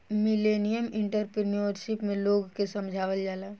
millennial entrepreneurship में लोग के समझावल जाला